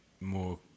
more